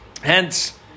Hence